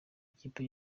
kipe